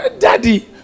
Daddy